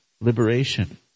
liberation